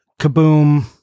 Kaboom